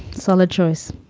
solid choice.